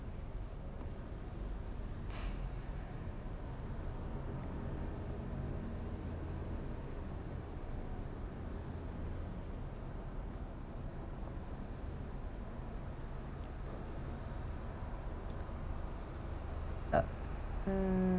uh mm